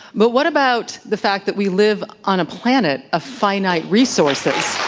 but what about the fact that we live on a planet of finite resources?